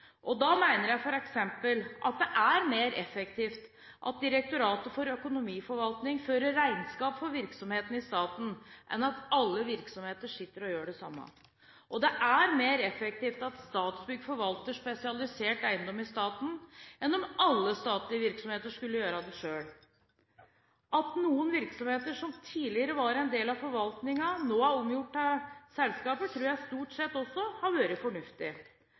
Da mener jeg f.eks. det er mer effektivt at Direktoratet for økonomiforvaltning fører regnskap for virksomhetene i staten enn at alle virksomheter sitter og gjør det samme. Og det er mer effektivt at Statsbygg forvalter spesialisert eiendom i staten enn om alle statlige virksomheter skulle gjøre det selv. At noen virksomheter som tidligere var en del av forvaltningen, nå er omgjort til selskaper, tror jeg stort sett også har vært fornuftig.